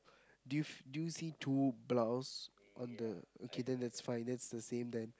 do you f~ do you see two blouse on the okay then that's fine that's the same then